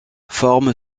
forme